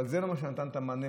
זה לא מה שנתן את המענה,